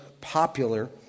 popular